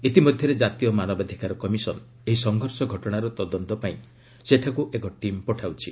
ଇତିମଧ୍ୟରେ ଜାତୀୟ ମାନବାଧିକାର କମିଶନ ଏହି ସଂଘର୍ଷ ଘଟଣାର ତଦନ୍ତ ପାଇଁ ସେଠାକୁ ଏକ ଟିମ୍ ପଠାଉଛି